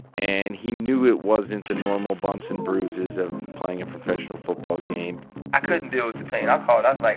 and he knew it wasn't the normal bumps and bruises of playing a professional football game i couldn't deal with the pain. i called. i was like,